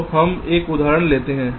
तो हम एक उदाहरण लेते हैं